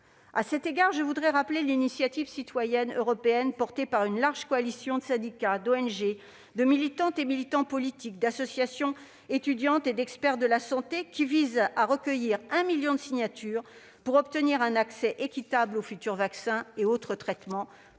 À cet égard, je voudrais rappeler l'initiative citoyenne européenne portée par une large coalition de syndicats, d'ONG, de militantes et militants politiques, d'associations étudiantes et d'experts de la santé, qui vise à recueillir un million de signatures pour obtenir un accès équitable aux futurs vaccins et autres traitements pour